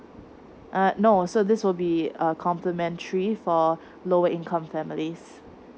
uh no so this will be a complimentary for lower income families